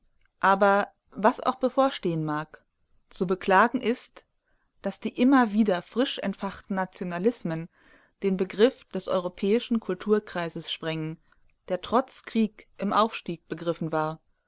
aber was auch bevorstehen mag zu beklagen ist daß die immer wieder frisch entfachten nationalismen den begriff des europäischen kulturkreises sprengen der trotz krieg im aufstieg begriffen war